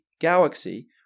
galaxy